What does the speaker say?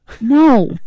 No